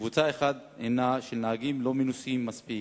קבוצה אחת הינה של נהגים לא מנוסים מספיק,